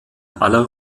aller